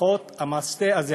לפחות המעשה הזה,